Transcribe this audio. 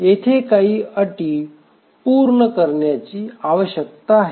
येथे काही अटी पूर्ण करण्याची आवश्यकता आहे